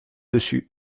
dessus